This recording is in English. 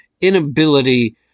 inability